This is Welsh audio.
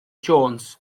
jones